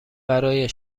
برای